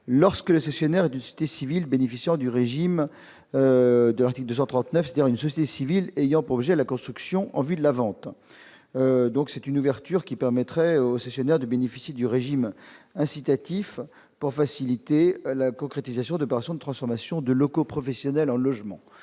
lorsque le cessionnaire du site civils bénéficiant du régime de l'article 239 dans une société civile ayant posé à la construction en vue de la vente, donc c'est une ouverture qui permettrait au cessionnaire de bénéficier du régime incitatif pour faciliter la concrétisation de passion, de transformation de locaux professionnels en logements,